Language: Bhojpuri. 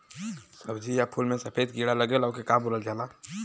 सब्ज़ी या फुल में सफेद कीड़ा लगेला ओके का बोलल जाला?